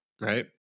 right